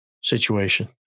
situation